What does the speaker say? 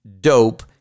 dope